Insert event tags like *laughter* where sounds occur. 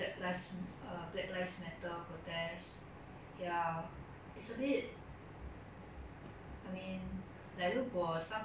I mean like 如果 some people have like the sensitivity lah they will understand like where all these things are coming from but *noise*